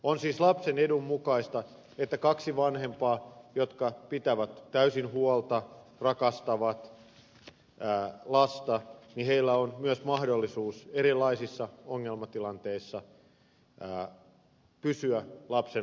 on siis lapsen edun mukaista että kahdella vanhemmalla jotka pitävät lapsesta täysin huolta rakastavat lasta on mahdollisuus myös erilaisissa ongelmatilanteissa pysyä lapsen vanhempina